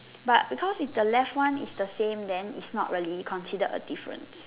but because if the left one is the same then it's not really considered a difference